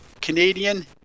Canadian